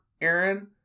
Aaron